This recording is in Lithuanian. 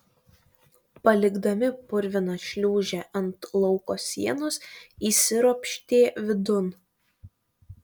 palikdami purviną šliūžę ant lauko sienos įsiropštė vidun